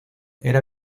era